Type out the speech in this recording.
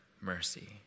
mercy